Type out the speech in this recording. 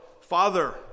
Father